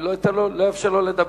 אני לא אאפשר לו לדבר